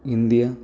India